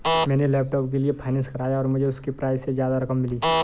मैंने लैपटॉप के लिए फाइनेंस कराया और मुझे उसके प्राइज से ज्यादा रकम मिली